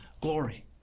glory